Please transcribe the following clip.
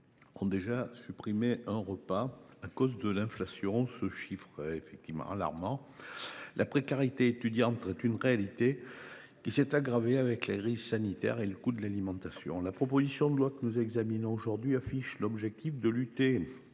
ont déjà supprimé un repas à cause de l’inflation. Ce chiffre est alarmant. La précarité étudiante est une réalité qui s’est aggravée avec les risques sanitaires et le coût de l’alimentation. La proposition de loi que nous examinons aujourd’hui affiche l’objectif de lutter